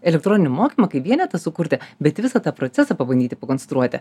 elektroninį mokymą kaip vienetą sukurti bet visą tą procesą pabandyti pakonstruoti